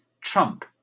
trump